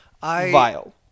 Vile